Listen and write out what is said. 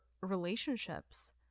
relationships